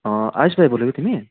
आयुष राई बोलेको तिमी